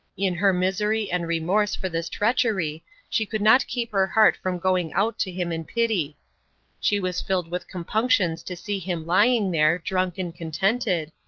in her misery and remorse for this treachery she could not keep her heart from going out to him in pity she was filled with compunctions to see him lying there, drunk and contented,